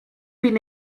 been